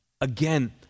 Again